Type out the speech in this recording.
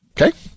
Okay